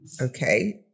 Okay